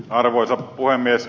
arvoisa puhemies